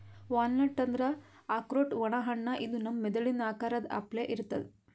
walnut ಅಂದ್ರ ಆಕ್ರೋಟ್ ಒಣ ಹಣ್ಣ ಇದು ನಮ್ ಮೆದಳಿನ್ ಆಕಾರದ್ ಅಪ್ಲೆ ಇರ್ತದ್